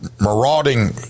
marauding